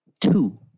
two